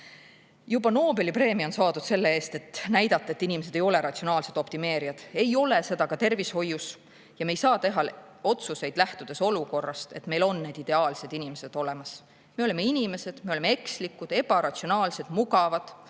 Isegi Nobeli preemia on saadud selle eest, et näidati, et inimesed ei ole ratsionaalsed optimeerijad. Ei ole seda ka tervishoius. Ja me ei saa teha otsuseid, lähtudes olukorrast, et meil on need ideaalsed inimesed olemas. Me oleme inimesed, me oleme ekslikud, ebaratsionaalsed, mugavad,